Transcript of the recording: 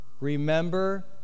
remember